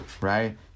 right